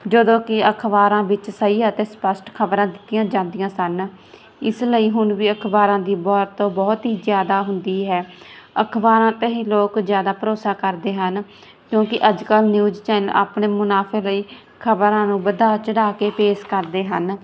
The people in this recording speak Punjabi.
ਜਦੋਂ ਕਿ ਅਖ਼ਬਾਰਾਂ ਵਿੱਚ ਸਹੀ ਅਤੇ ਸਪੱਸ਼ਟ ਖ਼ਬਰਾਂ ਦਿੱਤੀਆਂ ਜਾਂਦੀਆਂ ਸਨ ਇਸ ਲਈ ਹੁਣ ਵੀ ਅਖ਼ਬਾਰਾਂ ਦੀ ਵਰਤੋਂ ਬਹੁਤ ਹੀ ਜਿਆਦਾ ਹੁੰਦੀ ਹੈ ਅਖਬਾਰਾਂ ਤੇ ਹੀ ਲੋਕ ਜ਼ਿਆਦਾ ਭਰੋਸਾ ਕਰਦੇ ਹਨ ਕਿਉਂਕਿ ਅੱਜ ਕੱਲ੍ਹ ਨਿਊਜ਼ ਚੈਨਲ ਆਪਣੇ ਮੁਨਾਫ਼ੇ ਲਈ ਖ਼ਬਰਾਂ ਨੂੰ ਵਧਾ ਚੜਾ ਕੇ ਪੇਸ਼ ਕਰਦੇ ਹਨ